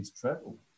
travel